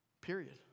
Period